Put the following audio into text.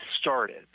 started